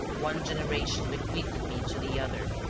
one generation bequeathed me to the other.